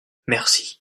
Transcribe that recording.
merci